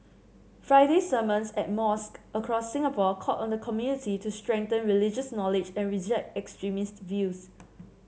Friday sermons at mosque across Singapore called on the community to strengthen religious knowledge and reject extremist views